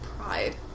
pride